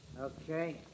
Okay